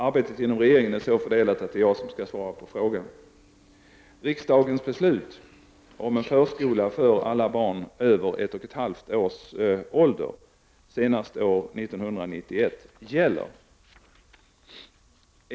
Arbetet inom regeringen är så fördelat att det är jag som skall svara på frågan. Riksdagens beslut om en förskola för alla barn över ett och ett halvt års ålder senast år 1991 gäller.